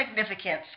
significance